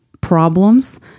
problems